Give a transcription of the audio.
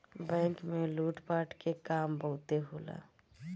bank में लूट पाट के काम बहुते होला